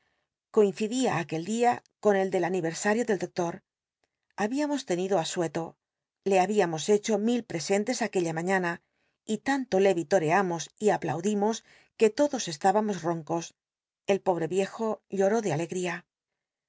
coincidía aquel dia con el del aniversario del doctor habíamos ten ido asueto le habiamos hecho mi l presentes aquella maiíana y tanto le yitoreamos y aplaudimos que todos estábamos roncos el pobre viejo lloró de alegria